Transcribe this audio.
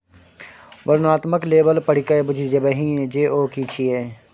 वर्णनात्मक लेबल पढ़िकए बुझि जेबही जे ओ कि छियै?